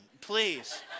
please